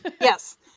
Yes